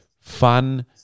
fun